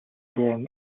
born